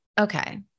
okay